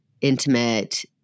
intimate